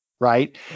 Right